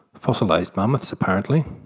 fossilised mammoths apparently.